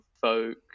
folk